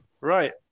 right